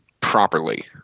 properly